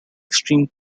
extreme